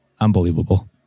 Unbelievable